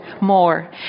More